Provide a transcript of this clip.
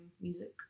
music